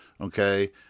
Okay